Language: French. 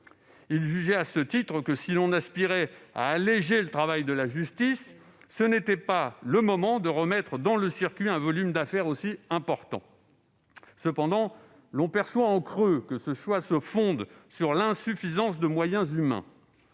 Il jugeait à ce titre que, si l'on aspirait à « alléger le travail de la justice, ce n'était pas le moment de remettre dans le circuit un volume d'affaires aussi important ». Cependant, l'on perçoit en creux que ce choix se fonde sur l'insuffisance de moyens humains.